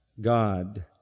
God